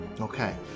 Okay